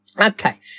Okay